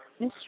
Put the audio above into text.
Mr